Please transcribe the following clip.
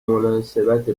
مناسبت